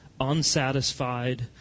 unsatisfied